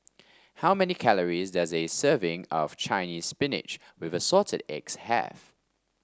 how many calories does a serving of Chinese Spinach with Assorted Eggs have